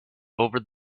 over